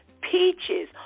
Peaches